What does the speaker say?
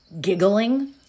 giggling